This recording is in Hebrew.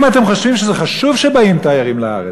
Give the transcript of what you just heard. אם אתם חושבים שחשוב שבאים תיירים לארץ,